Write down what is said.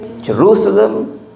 Jerusalem